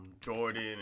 Jordan